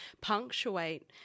punctuate